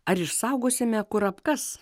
ar išsaugosime kurapkas